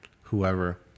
whoever